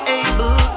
able